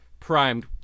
primed